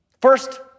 First